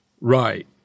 Right